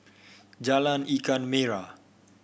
Jalan Ikan Merah